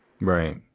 Right